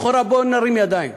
לכאורה, בואו נרים ידיים.